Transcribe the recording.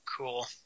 Cool